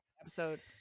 episode